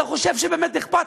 אתה חושב שבאמת אכפת?